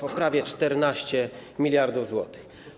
To prawie 14 mld zł.